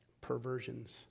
perversions